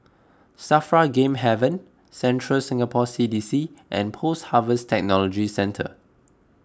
Safra Game Haven Central Singapore C D C and Post Harvest Technology Centre